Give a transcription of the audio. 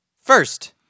First